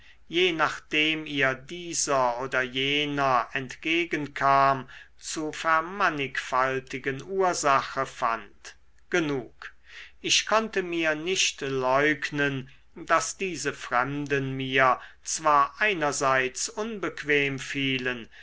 je nachdem ihr dieser oder jener entgegen kam zu vermannigfaltigen ursache fand genug ich konnte mir nicht leugnen daß diese fremden mir zwar einerseits unbequem fielen